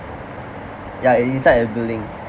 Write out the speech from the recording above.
ya in inside a building